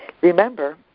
Remember